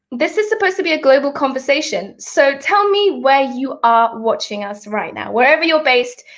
this is supposed to be a global conversation, so tell me where you are watching us right now. wherever your based,